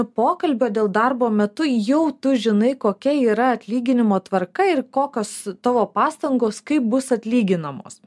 pokalbio dėl darbo metu jau tu žinai kokia yra atlyginimo tvarka ir kokios tavo pastangos kaip bus atlyginamos